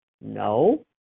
no